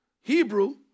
Hebrew